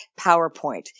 PowerPoint